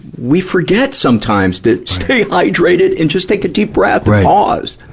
we forget sometimes to stay hydrated and just take a deep breath and pause.